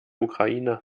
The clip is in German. ukraine